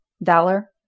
Valor